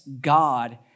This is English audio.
God